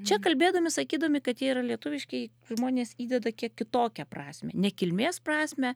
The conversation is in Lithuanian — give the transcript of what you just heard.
čia kalbėdami sakydami kad jie yra lietuviški žmonės įdeda kiek kitokią prasmę ne kilmės prasmę